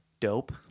Dope